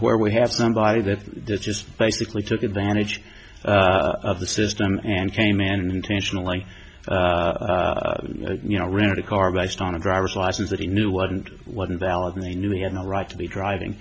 where we have somebody that just basically took advantage of the system and came in and intentionally you know rented a car based on a driver's license that he knew wasn't wasn't valid they knew he had no right to be driving